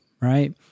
right